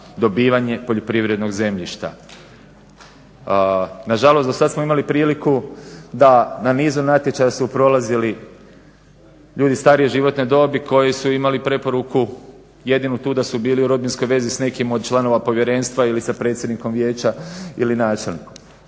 dobivanje poljoprivrednog zemljišta. Nažalost, dosad smo imali priliku da na nizu natječaja su prolazili ljudi starije životne dobi koji su imali preporuku jedinu tu da su bili u rodbinskoj vezi s nekim od članova povjerenstva ili sa predsjednikom vijeća ili načelnikom.